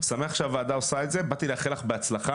אני שמח שהוועדה עושה את זה, באתי לאחל לך בהצלחה.